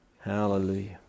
Hallelujah